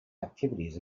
activities